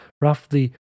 roughly